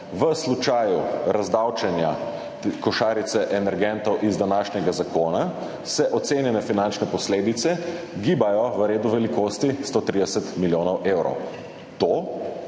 V primeru razdavčenja košarice energentov iz današnjega zakona se ocene finančnih posledic gibajo v višini 130 milijonov evrov. To